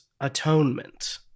Atonement